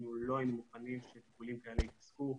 אנחנו לא היינו מוכנים שטיפולים כאלה ייפסקו,